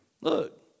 Look